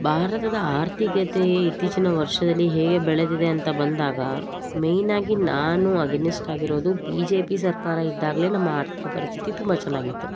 ಭಾರತದ ಆರ್ಥಿಕತೆ ಇತ್ತೀಚಿನ ವರ್ಷದಲ್ಲಿ ಹೇಗೆ ಬೆಳೆದಿದೆ ಅಂತ ಬಂದಾಗ ಮೇಯ್ನ್ ಆಗಿ ನಾನು ಅಗೆನೆಸ್ಟ್ ಆಗಿರೋದು ಬಿ ಜೆ ಪಿ ಸರ್ಕಾರ ಇದ್ದಾಗಲೇ ನಮ್ಮ ಆರ್ಥಿಕ ಪರಿಸ್ಥಿತಿ ತುಂಬ ಚೆನ್ನಾಗಿತ್ತು